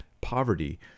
Poverty